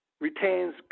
retains